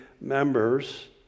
members